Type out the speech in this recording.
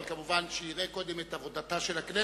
אבל, כמובן, הוא יראה קודם את עבודתה של הכנסת,